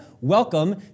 welcome